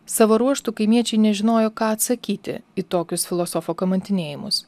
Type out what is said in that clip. savo ruožtu kaimiečiai nežinojo ką atsakyti į tokius filosofo kamantinėjimus